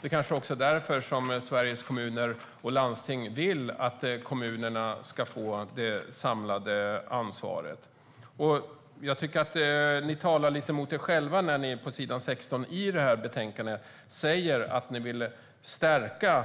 Det är kanske också därför som Sveriges Kommuner och Landsting vill att kommunerna ska få det samlade ansvaret. Ni talar lite grann mot er själva när ni på s. 16 i betänkandet säger att ni vill stärka